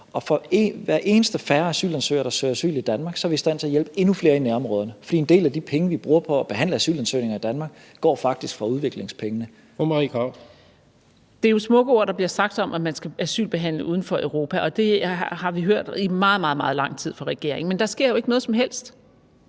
Og for hver eneste asylansøger, der ikke søger asyl i Danmark, er vi i stand til at hjælpe endnu flere i nærområderne. For en del af de penge, vi bruger på at behandle asylansøgninger i Danmark, går faktisk fra udviklingspengene. Kl. 16:56 Tredje næstformand (Jens Rohde): Fru Marie Krarup. Kl. 16:56 Marie Krarup (DF): Det er jo smukke ord, der bliver sagt, om, at man skal asylbehandle uden for Europa – det har vi hørt i meget, meget lang tid fra regeringen. Men der sker jo ikke noget som helst